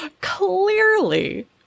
Clearly